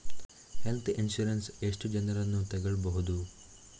Health insurance ಎಷ್ಟು ಜನರನ್ನು ತಗೊಳ್ಬಹುದು?